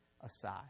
aside